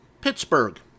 Pittsburgh